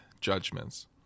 judgments